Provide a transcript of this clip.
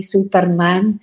Superman